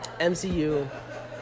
MCU